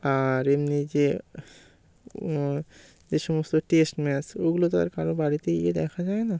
আর এমনি যে যে সমস্ত টেস্ট ম্যাচ ওগুলো তো আর কারো বাড়িতে গিয়ে দেখা যায় না